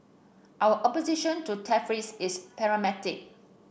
our opposition to tariffs is pragmatic